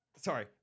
sorry